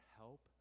help